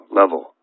level